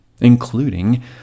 including